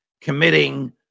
committing